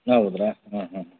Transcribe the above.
ಹೌದಾ ಹಾಂ ಹಾಂ